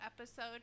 episode